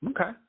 Okay